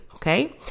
Okay